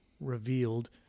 revealed